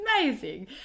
amazing